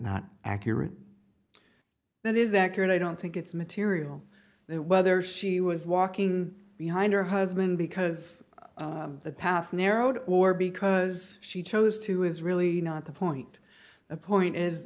not accurate that is accurate i don't think it's material there whether she was walking behind her husband because the path narrowed or because she chose to is really not the point the point